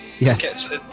Yes